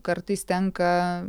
kartais tenka